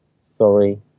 Sorry